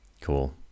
Cool